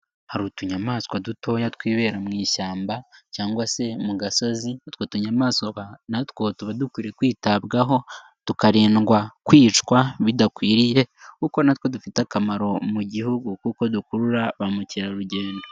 Hari utunyamaswa dutoya twibera mu ishyamba cyangwa se mu gasozi, utwo tunyamaswa na two tuba dukwiriye kwitabwaho tukarindwa kwicwa bidakwiriye kuko na two dufite akamaro mu gihugu kuko dukurura ba mukerarugendo.